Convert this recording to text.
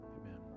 Amen